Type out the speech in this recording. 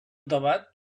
debat